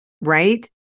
right